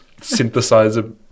synthesizer